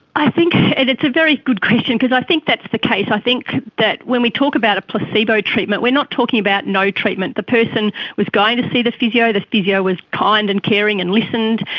i think, it's a very good question, because i think that's the case. i think that when we talk about a placebo treatment, we're not talking about no treatment. the person was going to see the physio, the physio was kind and caring and listened,